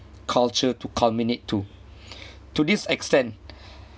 culture to culminate to to this extent